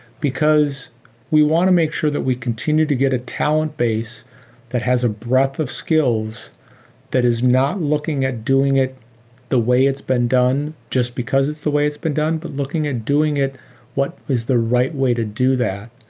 because we want to make sure that we continue to get a talent base that has a breadth of skills that is not looking at doing it the way it's been done just because it's the way it's been done, but looking at doing it what is the right way to do that.